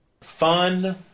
Fun